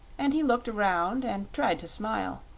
and he looked around and tried to smile.